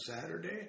Saturday